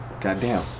Goddamn